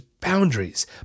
boundaries